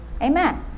amen